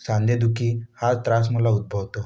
सांधेदुखी हा त्रास मला उद्भवतो